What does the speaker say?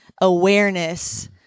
awareness